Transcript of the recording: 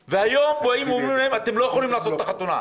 והיום אומרים להם, אתם לא יכולים לעשות את החתונה.